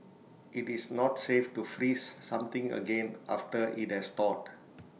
IT is not safe to freeze something again after IT has thawed